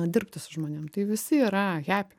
dirbti su žmonėm tai visi yra hepi